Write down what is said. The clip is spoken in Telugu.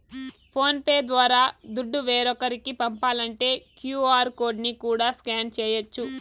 ఫోన్ పే ద్వారా దుడ్డు వేరోకరికి పంపాలంటే క్యూ.ఆర్ కోడ్ ని కూడా స్కాన్ చేయచ్చు